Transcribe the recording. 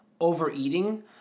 overeating